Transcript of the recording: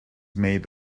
made